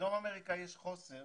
בדרום אמריקה יש חוסר